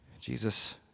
Jesus